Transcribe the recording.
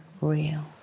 real